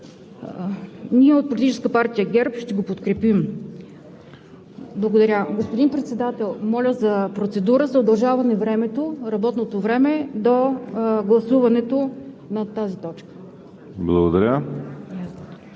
Ние от Политическа партия ГЕРБ ще го подкрепим. Благодаря. Господин Председател, моля за процедура за удължаване на работното време до гласуването на тази точка.